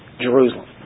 Jerusalem